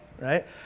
right